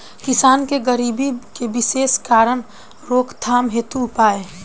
किसान के गरीबी के विशेष कारण रोकथाम हेतु उपाय?